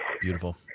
Beautiful